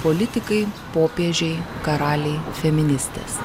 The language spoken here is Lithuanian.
politikai popiežiai karaliai feministės